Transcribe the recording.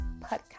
podcast